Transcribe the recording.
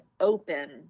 open